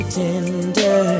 tender